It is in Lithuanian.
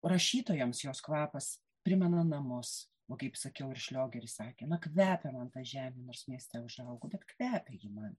rašytojams jos kvapas primena namus va kaip sakiau ir šliogeris sakė na kvepia man ta žemė nors mieste užaugau bet kvepia ji man